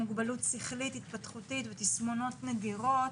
מוגבלות שכלית, התפתחותית ותסמונות נדירות,